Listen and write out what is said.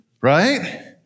right